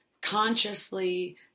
consciously